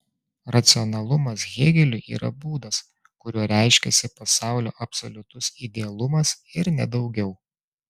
racionalumas hėgeliui yra būdas kuriuo reiškiasi pasaulio absoliutus idealumas ir ne daugiau